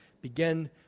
begin